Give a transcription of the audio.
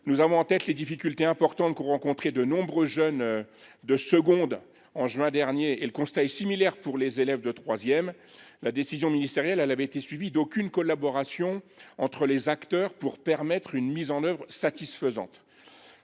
Nous avons en tête les difficultés importantes qu’ont rencontrées de nombreux jeunes de seconde en juin dernier ; le constat est similaire pour les élèves de troisième. La décision ministérielle n’avait été suivie d’aucune coopération entre les différents acteurs à même de garantir une mise en œuvre satisfaisante